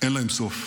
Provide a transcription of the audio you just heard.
אין להם סוף.